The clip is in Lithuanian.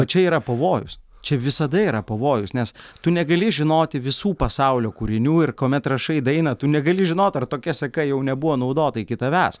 o čia yra pavojus čia visada yra pavojus nes tu negali žinoti visų pasaulio kūrinių ir kuomet rašai dainą tu negali žinot ar tokia seka jau nebuvo naudota iki tavęs